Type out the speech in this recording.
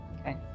Okay